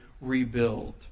rebuild